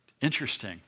Interesting